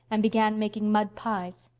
and began making mud pies.